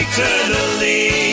Eternally